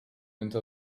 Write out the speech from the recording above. into